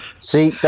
See